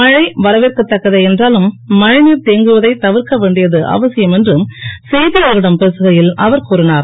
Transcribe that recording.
மழை வரவேற்கத்தக்கதே என்றாலும் மழை நீர் தேங்குவதை தவிர்க்க வேண்டியது அவசியம் என்று செய்தியாளர்களிடம் பேசுகையில் அவர் கூறினார்